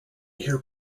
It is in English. hear